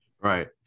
Right